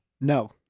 No